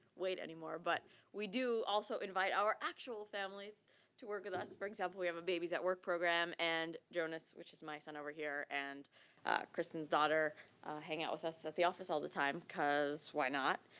weight anymore but we do also invite our actual families to work with us. for example, we have a babies at work program and jonas, which is my son over here, and krystan's daughter hang out with us at the office all the time, cause why not?